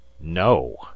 no